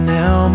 now